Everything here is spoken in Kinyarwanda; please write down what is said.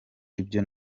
ibyo